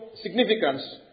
significance